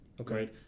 Okay